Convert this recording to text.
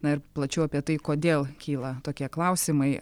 na ir plačiau apie tai kodėl kyla tokie klausimai